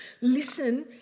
listen